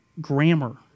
grammar